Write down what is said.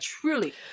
truly